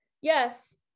Yes